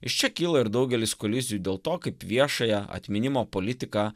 iš čia kyla ir daugelis kolizijų dėl to kaip viešąją atminimo politiką